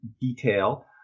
detail